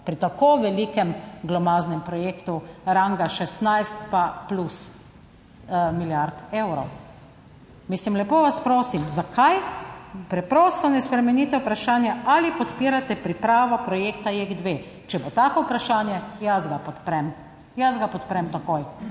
pri tako velikem glomaznem projektu ranga 16 pa plus milijard evrov. Mislim, lepo vas prosim, zakaj preprosto ne spremenite vprašanja ali podpirate pripravo projekta JEK2? Če bo tako vprašanje, jaz ga podprem. Jaz ga podprem takoj,